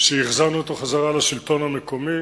והחזרנו אותו לשלטון המקומי